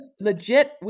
legit